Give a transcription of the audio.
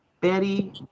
Betty